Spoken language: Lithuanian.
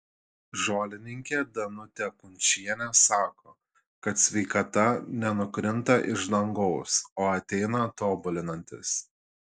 žolininkė danutė kunčienė sako kad sveikata nenukrinta iš dangaus o ateina tobulinantis